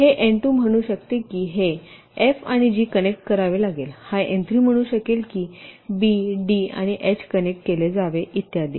हे एन 2 म्हणू शकते की हे एफ आणि जी कनेक्ट करावे लागेल हा एन 3 म्हणू शकेल की बी डी आणि एच कनेक्ट केले जावे इत्यादी